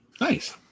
nice